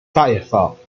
firefox